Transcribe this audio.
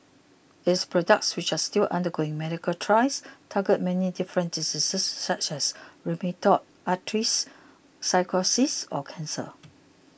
its products which are all still undergoing medical trials target many different diseases such as rheumatoid arthritis psoriasis or cancer